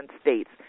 states